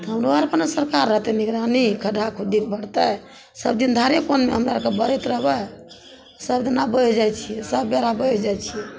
हमरो अरके ने सरकार रहतय निगरानी खड्ढा खोदय पड़तय सब दिन धारेपर हमरा अरके बहैत रहबय सब दिना बहि जाइ छियै सब बेरा बहि जाइ छियै